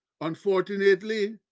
unfortunately